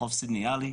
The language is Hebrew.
לחוף סידני-עלי.